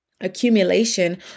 accumulation